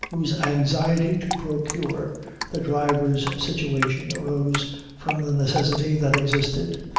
whose anxiety to procure the driver's situation arose from the necessity that existed,